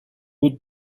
would